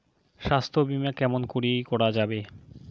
স্বাস্থ্য বিমা কেমন করি করা যাবে?